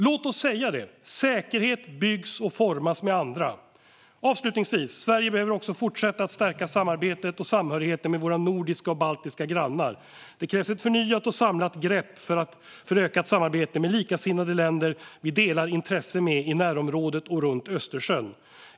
Låt oss säga det: Säkerhet byggs och formas med andra. Avslutningsvis behöver Sverige också fortsätta att stärka samarbetet och samhörigheten med våra nordiska och baltiska grannar. Det krävs ett förnyat och samlat grepp för ökat samarbete med likasinnade länder som vi delar intressen med i närområdet och runt Östersjön.